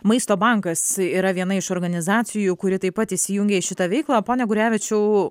maisto bankas yra viena iš organizacijų kuri taip pat įsijungė į šitą veiklą pone gurevičiau